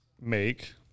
make